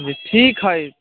जी ठीक हइ